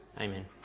Amen